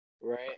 Right